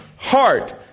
Heart